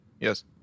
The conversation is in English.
yes